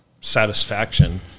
satisfaction